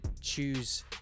choose